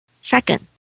Second